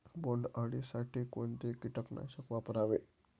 बोंडअळी साठी कोणते किटकनाशक वापरावे?